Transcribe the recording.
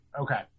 Okay